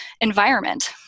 environment